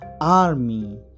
army